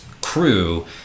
crew